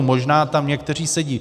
Možná tam někteří sedí.